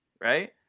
Right